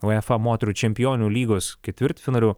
uefa moterų čempionių lygos ketvirtfinalių